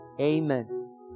amen